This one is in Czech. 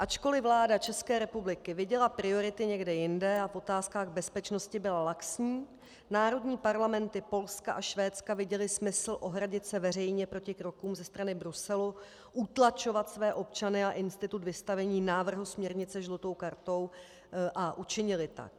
Ačkoliv vláda České republiky viděla priority někde jinde a v otázkách bezpečnosti byla laxní, národní parlamenty Polska a Švédska viděly smysl ohradit se veřejně proti krokům ze strany Bruselu, utlačovat své občany a institut vystavení návrhu směrnice žlutou kartou (?), a učinily tak.